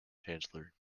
chancellor